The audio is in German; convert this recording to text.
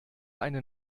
eine